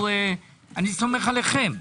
אני סומך עליכם.